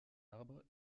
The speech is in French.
arbre